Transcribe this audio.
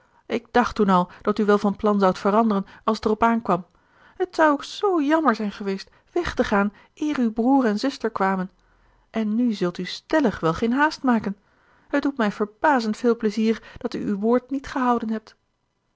ik dacht toen al dat u wel van plan zoudt veranderen als t er op aankwam het zou ook zoo jammer zijn geweest weg te gaan eer uw broer en zuster kwamen en nù zult u stellig wel geen haast maken het doet mij verbazend veel pleizier dat u uw woord niet gehouden hebt